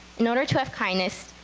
in order to have kindness,